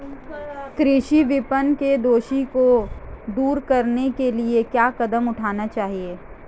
कृषि विपणन के दोषों को दूर करने के लिए क्या कदम उठाने चाहिए?